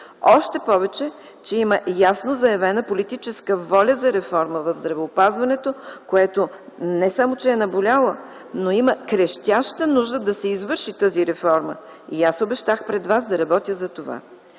още повече че има ясно заявена политическа воля за реформа в здравеопазването, която не само е наболяла, но има крещяща нужда от извършването й и аз обещах пред Вас да работя за това.